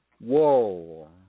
Whoa